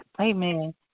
amen